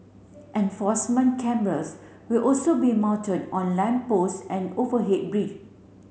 enforcement cameras will also be mounted on lamp post and overhead bridge